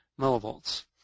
millivolts